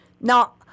now